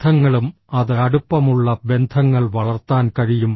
ബന്ധങ്ങളും അത് അടുപ്പമുള്ള ബന്ധങ്ങൾ വളർത്താൻ കഴിയും